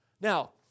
Now